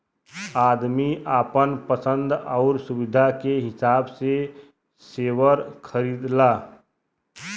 आदमी आपन पसन्द आउर सुविधा के हिसाब से सेअर खरीदला